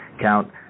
count